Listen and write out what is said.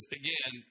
again